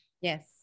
yes